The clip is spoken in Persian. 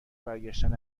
برگشتن